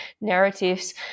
narratives